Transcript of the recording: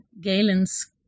Galen's